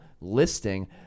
listing